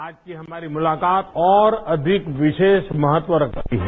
आज की हमारी मुलाकात और अधिक विशेष महत्व रखती है